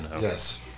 yes